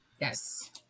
Yes